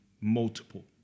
multiple